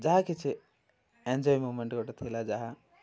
ଯାହା କିଛି enjoy moment ଗୋଟେ ଥିଲା ଯାହା